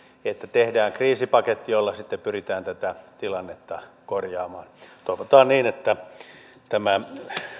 että tehdään kriisipaketti jolla sitten pyritään tätä tilannetta korjaamaan toivotaan että tämä